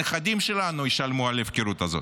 הנכדים שלנו ישלמו על ההפקרות הזאת.